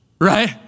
right